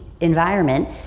environment